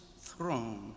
throne